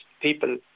people